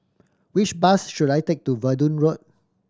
which bus should I take to Verdun Road